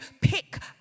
pick